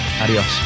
Adios